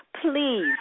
please